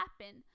happen